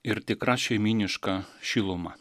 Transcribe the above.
ir tikra šeimyniška šiluma